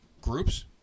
groups